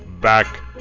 Back